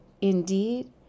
Indeed